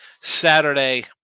Saturday